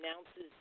announces